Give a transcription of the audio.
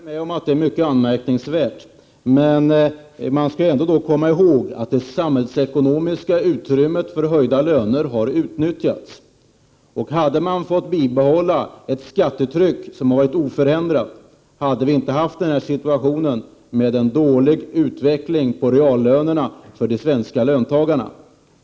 Herr talman! Jag håller med om att det är mycket anmärkningsvärt, men vi skall ändå komma ihåg att det samhällsekonomiska utrymmet för höjda löner har utnyttjats. Hade man fått bibehålla ett oförändrat skattetryck hade vi inte haft denna situation där reallönerna utvecklats dåligt för de svenska löntagarna.